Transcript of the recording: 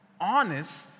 honest